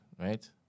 right